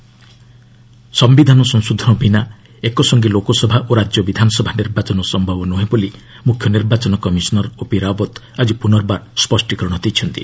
EC ସମ୍ଭିଧାନ ସଂଶୋଦନ ବିନା ଏକ ସଂଗେ ଲୋକସଭା ଓ ରାଜ୍ୟ ବିଧାନସଭା ନିର୍ବାଚନ ସମ୍ଭବ ନୁହେଁ ବୋଲି ମୁଖ୍ୟ ନିର୍ବାଚନ କମିଶନର ଓପି ରାଓତ୍ ଆଜି ପ୍ରନର୍ବାର ସ୍ୱଷ୍ଟିକରଣ ଦେଇଛନ୍ତି